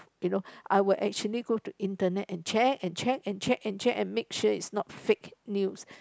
you know I would actually go to internet and check and check and check and check and make sure it's not fake news